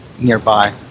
nearby